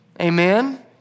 Amen